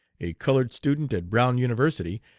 a colored student at brown university,